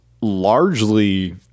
largely